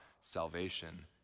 salvation